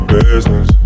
Business